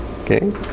Okay